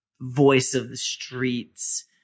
voice-of-the-streets